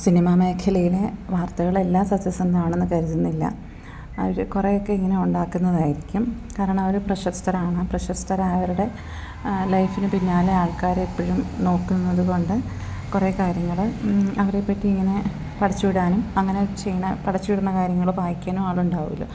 cinema മേഖലയിലെ വാർത്തകൾ എല്ലാം സത്യസന്ധമാണെന്ന് കരുതുന്നില്ല അവർ കുറേയൊക്കെ ഇങ്ങനെ ഉണ്ടാക്കുന്നതായിരിക്കും കാരണം അവർ പ്രശസ്തരാണ് ആ പ്രശസ്തരായവരുടെ ലൈഫിന് പിന്നാലെ ആൾക്കാർ എപ്പോഴും നോക്കുന്നത് കൊണ്ട് കുറേ കാര്യങ്ങൾ അവരെ പറ്റി ഇങ്ങനെ പടച്ചു വിടാനും അങ്ങനെ ചെയ്യുന്ന പടച്ചു വിടുന്ന കാര്യങ്ങൾ വായിക്കാനും ആളുണ്ടാവുമല്ലോ